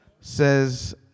says